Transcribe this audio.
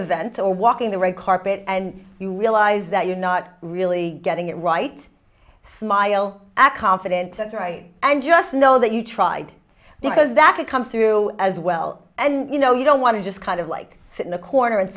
event or walking the red carpet and you realize that you're not really getting it right smile at confidence and right and just know that you tried because that comes through as well and you know you don't want to just kind of like sit in a corner and